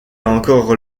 encore